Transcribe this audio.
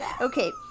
okay